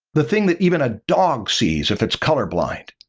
the thing that even a dog sees if it's colorblind